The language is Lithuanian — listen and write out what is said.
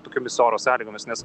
tokiomis oro sąlygomis nes